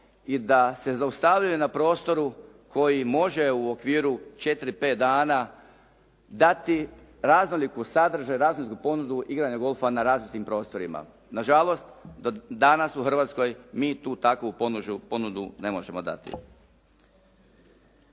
i da se zaustavljaju na prostoru koji može u okviru 4, 5 dana dati raznoliki sadržaj, raznoliku ponudu igranja golfa na različitim prostorima. Na žalost, danas u Hrvatskoj mi tu takvu ponudu ne možemo dati.